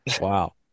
wow